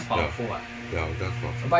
ya ya guns powerful